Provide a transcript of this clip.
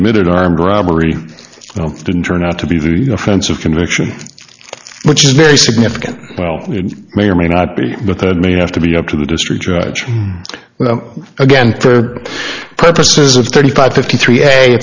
admitted armed robbery didn't turn out to be very offensive conviction which is very significant well may or may not be but that may have to be up to the district judge you know again for purposes of thirty five fifty three